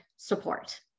support